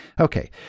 Okay